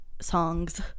songs